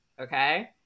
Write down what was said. Okay